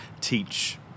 teach